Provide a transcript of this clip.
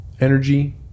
energy